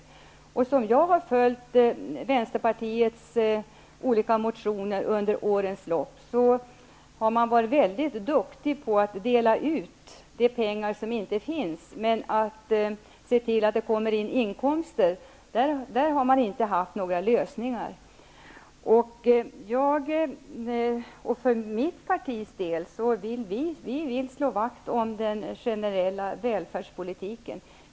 Det jag har erfarit efter att ha följt Vänsterpartiets motioner under årens lopp är att man är mycket duktig på att dela ut de pengar som inte finns. Men när det har gällt att se till att det kommer in inkomster har man inte haft några lösningar. Mitt parti vill slå vakt om den generella välfärdspolitiken.